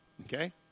Okay